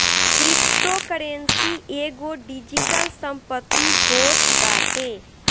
cryptocurrency एगो digital संपत्ति होत बाटे